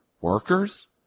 workers